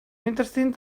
interested